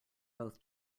both